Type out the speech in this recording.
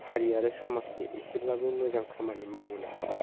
हारि आरो समाजनि इसेब्लाबो मोजां खामानि मावबोनो हाबाय